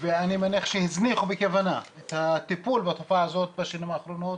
ואני מניח שהזניחו בכוונה את הטיפול בתופעה הזאת בשנים האחרונות.